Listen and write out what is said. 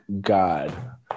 god